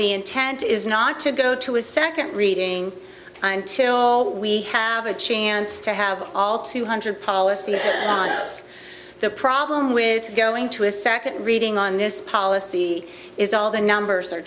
the intent is not to go to a second reading until we have a chance to have all two hundred policies the problem with going to a second reading on this policy is all the numbers are